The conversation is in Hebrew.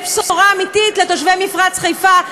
ויש בשורה אמיתית של שינוי לתושבי מפרץ חיפה,